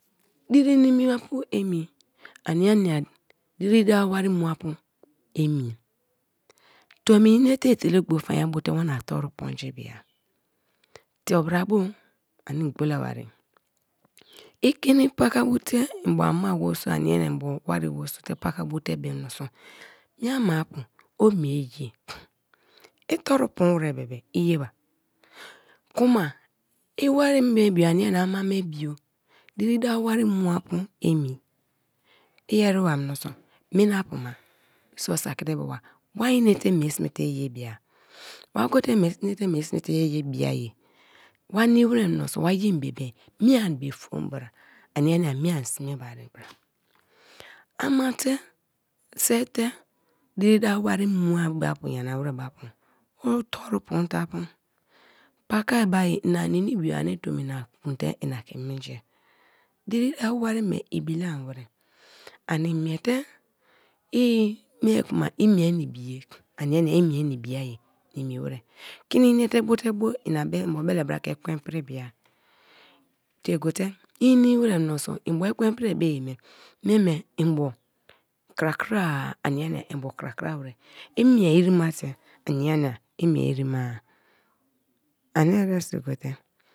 Diri nimi apu emi ania nia diri dawo wari mu apu emi. tomi i nate etela gbo fanya bote. Wana toru poonji bia, tobara bo ani en gbola bare-a. I keni pakabote mbo ama weriso te ania nia mbo wari weriso te weriso te beem menso menmapu o mie ye, i toru poon wa bebe i ye ba kuma i weribe bio ania nia ama me bio diri dawo wari muapu emi i ereba menso mina puma, osbo saki bee ba wa inate mie sme te ye ye bia ye, wa nimi menso wa bebe mie abo fom bia ania nia mie ani sme bari bara. Ama te, se te diri dawo wari mua be apu nyana warari be apu o toru poon te apu. Paka bai ina nene bio ani tomi ima kun te i na ke menjia. Diri dawa wari me ibi lam warari, ani miete i me kuma i mie na ibiye ania nia i mie na ibiya-ye nimi warari. Keni inate bote bo ina be mbo belebra ke ekwen i pri bia tie gote i nimi warari menso mbo ekwen i pri be ye me ma me mbo krakra-a ania nia mbo krakra warari. I mie irimate ania nia i mie irima-a, ani eresi gote.